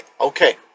Okay